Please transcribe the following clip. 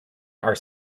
are